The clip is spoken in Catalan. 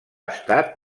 estat